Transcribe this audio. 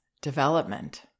development